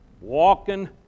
Walking